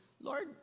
Lord